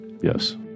yes